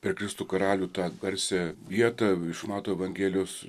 per kristų karalių tą garsią vietą iš mato evangelijos